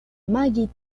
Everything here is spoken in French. maggie